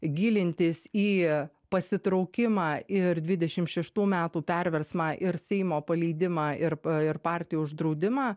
gilintis į pasitraukimą ir dvidešim šeštų metų perversmą ir seimo paleidimą ir pa ir partijų uždraudimą